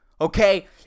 okay